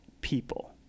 people